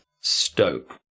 stoke